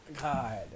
God